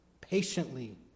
Patiently